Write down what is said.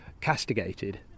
castigated